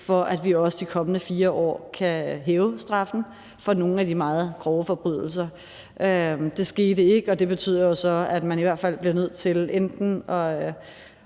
for at vi også i de kommende 4 år kan hæve straffen for nogle af de meget grove forbrydelser. Det skete ikke, og det betyder så, at man i hvert fald bliver nødt til enten